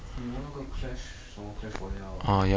你玩那个 clash 什么 clash royale ah